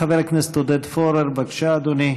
חבר הכנסת עודד פורר, בבקשה, אדוני.